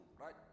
right